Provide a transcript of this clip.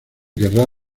querrá